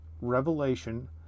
Revelation